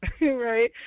right